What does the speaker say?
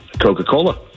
Coca-Cola